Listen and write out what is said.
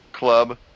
club